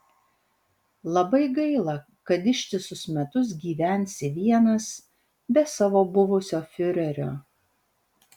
labai gaila kad ištisus metus gyvensi vienas be savo buvusio fiurerio